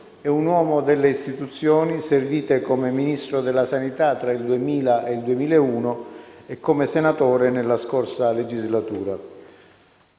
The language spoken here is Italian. e un uomo delle istituzioni, servite come Ministro della sanità tra il 2000 e il 2001 e come senatore nella scorsa legislatura.